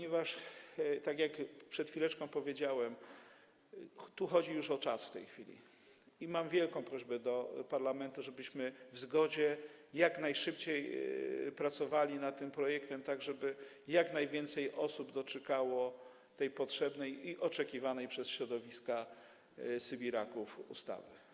Ponieważ tak jak przed chwileczką powiedziałem, chodzi tu już w tej chwili o czas, to mam wielką prośbę do parlamentu - żebyśmy w zgodzie i jak najszybciej pracowali nad tym projektem, żeby jak najwięcej osób doczekało tej potrzebnej i oczekiwanej przez środowiska sybiraków ustawy.